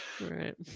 Right